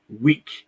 week